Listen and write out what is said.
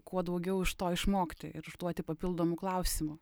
kuo daugiau iš to išmokti ir užduoti papildomų klausimų